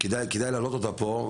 שכדאי להעלות אותה פה.